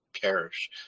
perish